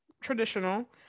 traditional